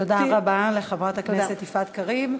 תודה רבה לחברת הכנסת יפעת קריב.